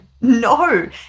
no